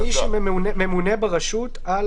"מי שממונה ברשות על